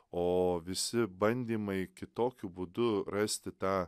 o visi bandymai kitokiu būdu rasti tą